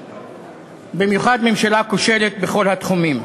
במיוחד ממשלה כושלת בכל התחומים.